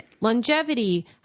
longevity